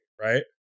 right